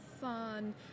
fun